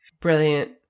Brilliant